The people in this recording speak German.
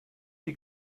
die